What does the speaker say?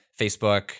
Facebook